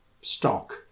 stock